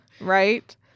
Right